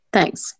Thanks